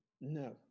no